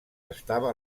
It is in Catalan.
estava